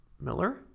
Miller